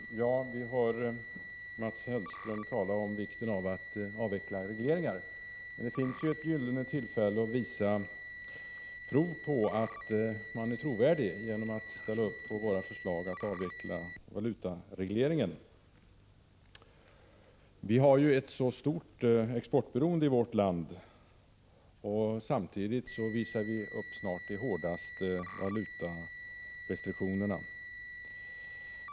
Herr talman! Vi har hört Mats Hellström tala om vikten av att avveckla regleringar. Det finns ett gyllene tillfälle att visa prov på trovärdighet genom att ställa upp på vårt förslag att avveckla valutaregleringen. Vi har ju ett stort exportberoende i vårt land, och samtidigt visar vi snart upp de hårdaste valutarestriktionerna.